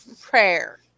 prayer